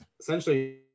essentially